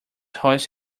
hoist